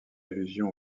allusion